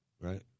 right